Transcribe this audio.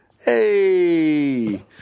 Hey